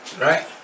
Right